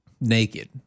naked